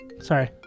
Sorry